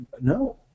No